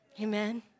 Amen